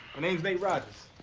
the name's nate rogers.